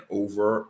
over